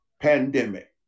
pandemic